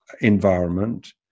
environment